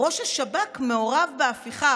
ראש השב"כ מעורב בהפיכה,